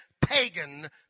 pagan